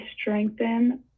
strengthen